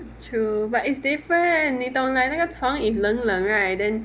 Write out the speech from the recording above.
true but it's different 你懂 like 那个床 if 冷冷 right then